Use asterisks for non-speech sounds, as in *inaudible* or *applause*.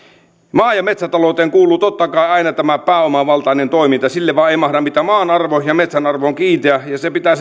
maa ja metsätalouteen kuuluu totta kai aina pääomavaltainen toiminta sille vain ei mahda mitään maan arvo ja metsän arvo on kiinteä ja sen tilan pitää *unintelligible*